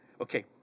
okay